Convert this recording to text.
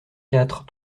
quatre